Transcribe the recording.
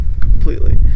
completely